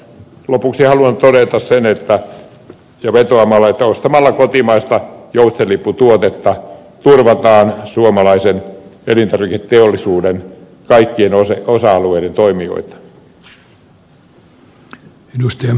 lopuksi haluan todeta sen ja vedota että ostamalla kotimaista joutsenlippu tuotetta turvataan suomalaisen elintarviketeollisuuden kaikkien osa alueiden toiminta